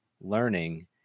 learning